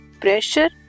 pressure